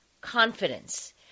confidence